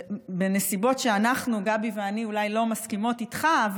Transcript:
בנסיבות שגבי ואני אולי לא מסכימות איתך,